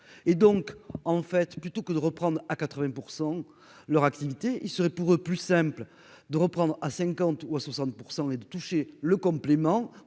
et donc en fait, plutôt que de reprendre à 80 % leur activité, ils seraient pour eux plus simple de reprendre à cinquante ou à 60 % et de toucher le complément